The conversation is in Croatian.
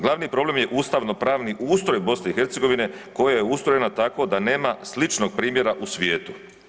Glavni problem je ustavno pravni ustroj BiH koja je ustrojena tako da nema sličnog primjera u svijetu.